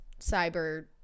cyber